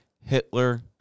Hitler